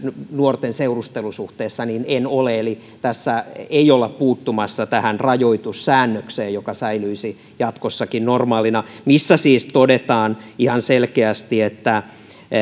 nuorten seurustelusuhteessa en ole eli tässä ei olla puuttumassa tähän rajoitussäännökseen se säilyisi jatkossakin normaalina missä siis todetaan ihan selkeästi että